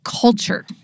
culture